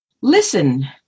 Listen